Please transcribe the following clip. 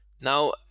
Now